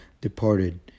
departed